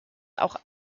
auch